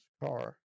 car